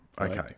Okay